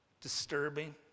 Disturbing